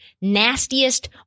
nastiest